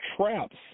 traps